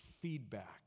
feedback